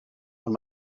ond